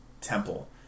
Temple